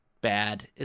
bad